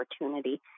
opportunity